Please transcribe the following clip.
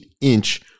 inch